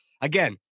Again